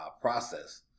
process